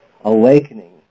awakening